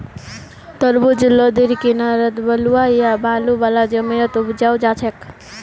तरबूज लद्दीर किनारअ बलुवा या बालू वाला जमीनत उपजाल जाछेक